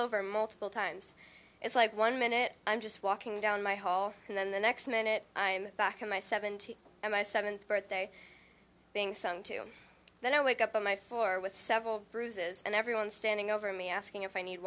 over multiple times it's like one minute i'm just walking down my hall and then the next minute i'm back in my seventy seventh birthday being sung to then i wake up on my floor with several bruises and everyone standing over me asking if i need